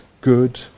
good